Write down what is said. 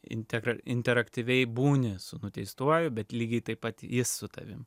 interaktyviai būni su nuteistuoju bet lygiai taip pat jis su tavimi